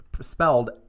spelled